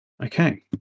Okay